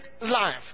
life